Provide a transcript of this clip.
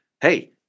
hey